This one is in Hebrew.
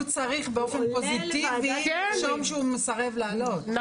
הוא צריך באופן פוזיטיבי לרשום שהוא מסרב לעלות לוועדת שחרורים.